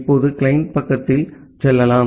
இப்போது கிளையன்ட் பக்கத்தில் செல்லலாம்